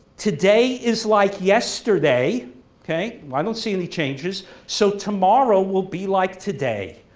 today is like yesterday okay i don't see any changes so tomorrow will be like today.